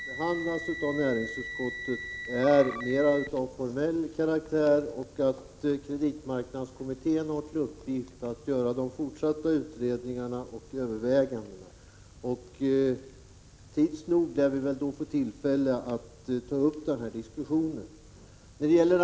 Herr talman! Den lagstiftning, Nic Grönvall, som behandlas av näringsutskottet är ju mera av formell karaktär. Kreditmarknadskommittén har till uppgift att göra de fortsatta utredningarna och övervägandena. Tids nog lär vi få tillfälle att diskutera frågan. Beträffande Bengt K.